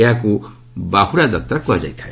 ଏହାକୁ ବାହୁଡ଼ା ଯାତ୍ରା କୁହାଯାଇଥାଏ